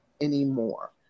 anymore